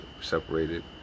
separated